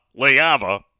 Leava